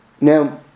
Now